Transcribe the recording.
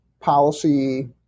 policy